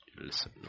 listen